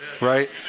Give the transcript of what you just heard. Right